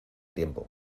tiempo